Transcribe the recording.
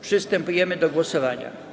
Przystępujmy do głosowania.